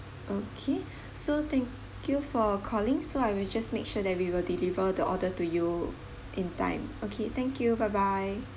okay so thank you for calling so I will just make sure that we will deliver the order to you in time okay thank you bye bye